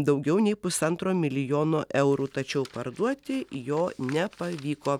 daugiau nei pusantro milijono eurų tačiau parduoti jo nepavyko